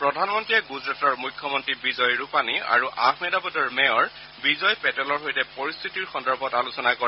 প্ৰধানমন্ত্ৰীয়ে গুজৰাটৰ মুখ্যমন্ত্ৰী বিজয় ৰূপানী আৰু আহমেদাবাদৰ মেয়ৰ বিজল পেটলৰ সৈতে পৰিস্থিতি সন্দৰ্ভত আলোচনা কৰে